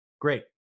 great